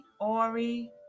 Ori